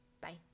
Bye